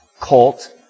cult